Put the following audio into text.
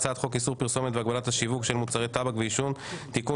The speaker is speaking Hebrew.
הצעת חוק איסור פרסומת והגבלת השיווק של מוצרי טבק ועישון (תיקון,